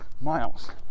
Miles